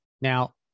Now